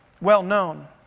well-known